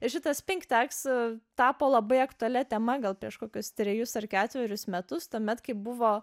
šitas pink taksą tapo labai aktualia tema gal prieš kokius trejus ar ketverius metus tuomet kai buvo